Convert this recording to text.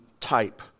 type